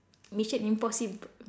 mission impossible